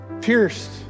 pierced